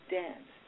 dance